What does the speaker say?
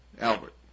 Albert